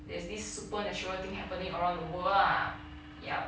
there's this supernatural thing happening around the world lah yup